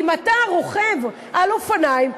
אם אתה רוכב על אופניים,